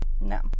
No